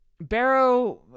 Barrow